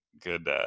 good